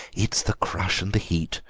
it's the crush and the heat,